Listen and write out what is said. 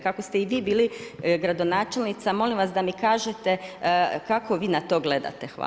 Kako ste i vi bili gradonačelnica, molim vas da mi kažete kako vi na to gledate, hvala.